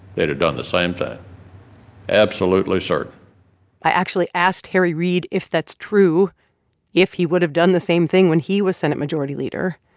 they'd have done the same thing absolutely certain i actually asked harry reid if that's true if he would've done the same thing when he was senate majority leader.